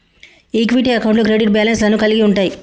equity అకౌంట్లు credit balance లను కలిగి ఉంటయ్